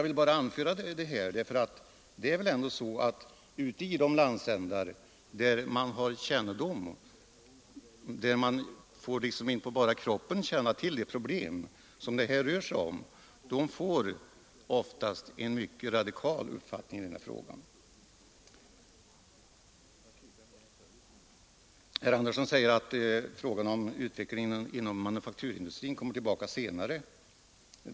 I de landsändar där man liksom inpå bara kroppen får känna av de problem det rör sig om har man oftast en mycket radikal uppfattning i denna fråga. Herr Sivert Andersson säger att frågan om utvecklingen inom manufakturindustrin kommer att diskuteras senare.